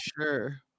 Sure